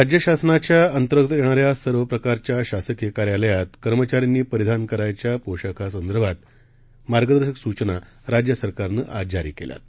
राज्यशासनाच्याअंतर्गतयेणाऱ्यासर्वप्रकारच्याशासकीयकार्यालयातकर्मचाऱ्यांनीपरिधा नकरायच्यापोशाखासंदर्भातमार्गदर्शकसूचनाराज्यसरकारनंआजजारीकेल्याआहेत